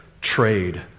trade